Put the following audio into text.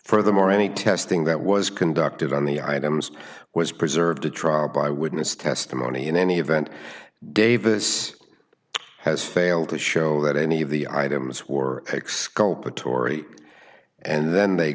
for them or any testing that was conducted on the items was preserved a trial by witness testimony in any event davis has failed to show that any of the items were exculpatory and then they